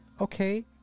okay